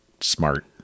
Smart